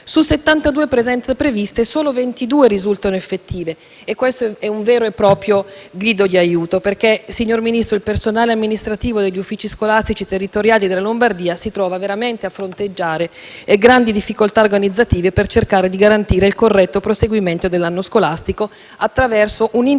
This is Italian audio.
su 72 presenze previste solo 22 risultano effettive e questo è un vero e proprio grido di aiuto, perché, signor Ministro, il personale amministrativo degli uffici scolastici territoriali della Lombardia si trova veramente a fronteggiare grandi difficoltà organizzative per cercare di garantire il corretto proseguimento dell'anno scolastico, attraverso un'intensificazione